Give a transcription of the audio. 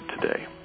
today